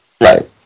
Right